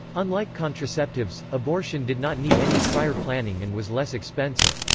unlike contraceptives, abortion did not need any prior planning and was less expensive.